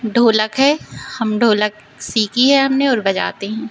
ढोलक है हम ढोलक सीखी है हमने और बजाते हैं